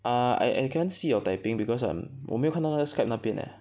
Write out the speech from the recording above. uh I I can't see your typing because I'm 我没有看到的 Skype 那边 leh